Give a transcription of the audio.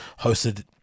hosted